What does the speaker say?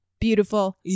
beautiful